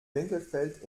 winkelfeld